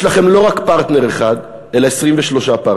יש לכם לא רק פרטנר אחד, אלא 23 פרטנרים.